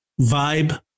vibe